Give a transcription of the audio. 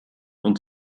und